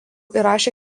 įrašė